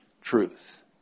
truth